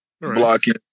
Blocking